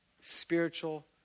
spiritual